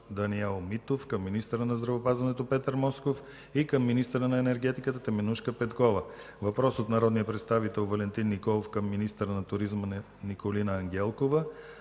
Даниел Митов, към министъра на здравеопазването Петър Москов и към министъра на енергетиката Теменужка Петкова; - въпрос от народния представител Валентин Николов Иванов към министъра на туризма Николина Ангелкова.